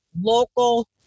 local